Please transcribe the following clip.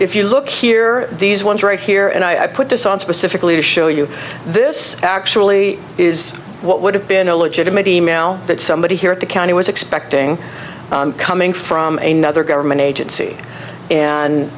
if you look here these ones right here and i put this on specifically to show you this actually is what would have been a legitimate e mail that somebody here at the county was expecting coming from a nother government agency and